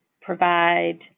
provide